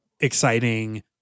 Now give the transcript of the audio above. exciting